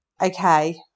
Okay